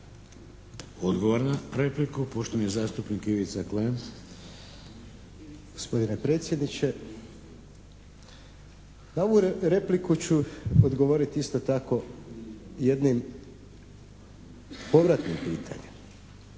Odgovor na repliku, poštovani zastupnik Ivica Klem. **Klem, Ivica (HDZ)** Gospodine predsjedniče, na ovu repliku ću odgovoriti isto tako jednim povratnim pitanjem.